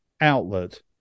outlet